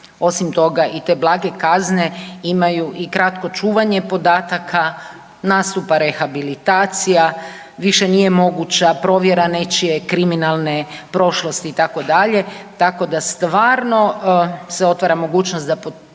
osim toga i te blage kazne imaju i kratko čuvanje podataka, nastupa rehabilitacija, više nije moguća provjera nečije kriminalne prošlosti itd., tako da stvarno se otvara mogućnost da počinitelji